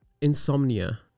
insomnia